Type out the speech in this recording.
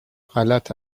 غلط